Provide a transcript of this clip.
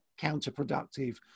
counterproductive